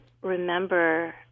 remember